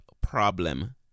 problem